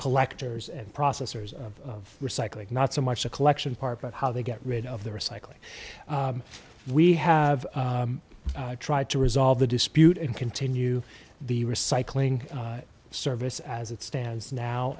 collectors and processors of recycling not so much the collection part but how they get rid of the recycling we have tried to resolve the dispute and continue the recycling service as it stands now